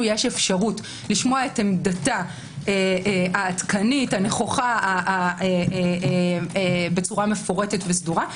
יש אפשרות לשמוע עמדתה העדכנית הנכוחה בצורה מפורטת וסדורה.